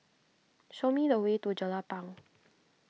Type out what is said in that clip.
show me the way to Jelapang